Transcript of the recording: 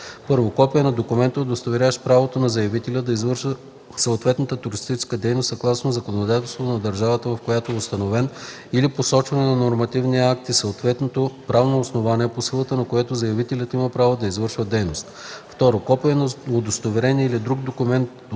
1. копие на документа, удостоверяващ правото на заявителя да извършва съответната туристическа дейност съгласно законодателството на държавата, в която е установен, или посочване на нормативния акт и съответното правно основание, по силата на което заявителят има право да извършва дейността; 2. копие на удостоверение или друг документ